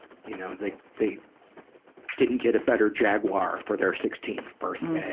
you know, they, they didn't get a better jaguar for their sixteenth birthday.